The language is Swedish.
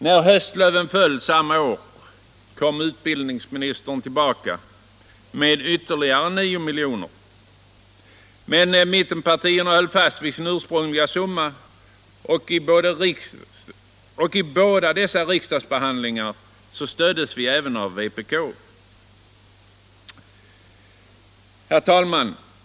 När höstlöven föll samma år begärde utbildningsministern ytterligare 9 milj.kr. i anslag, men mittenpartierna höll fast vid sin ursprungliga summa, och i båda dessa riksdagsbehandlingar stöddes vi även av vpk. Herr talman!